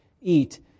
eat